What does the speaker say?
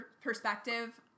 perspective